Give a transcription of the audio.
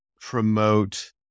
promote